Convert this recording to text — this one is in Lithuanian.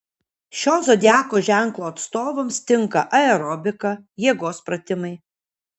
šio zodiako ženklo atstovams tinka aerobika jėgos pratimai